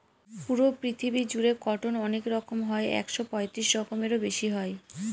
পুরো পৃথিবী জুড়ে কটন অনেক রকম হয় একশো পঁয়ত্রিশ রকমেরও বেশি হয়